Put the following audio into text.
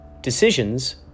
decisions